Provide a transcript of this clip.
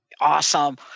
Awesome